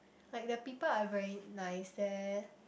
like the people are very nice there